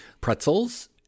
pretzels